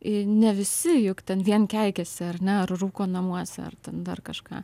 i ne visi juk ten vien keikiasi ar ne ar rūko namuose ar ten dar kažką